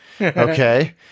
okay